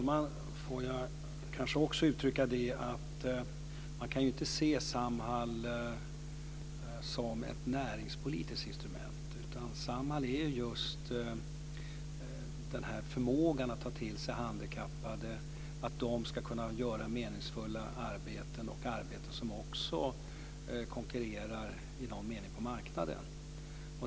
Fru talman! Låt mig uttrycka att man inte kan se Samhall som ett näringspolitiskt instrument. Samhall är just denna förmåga att ta till sig handikappade så att de ska kunna göra meningsfulla arbeten, som också i någon mening konkurrerar på marknaden.